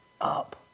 up